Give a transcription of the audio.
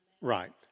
Right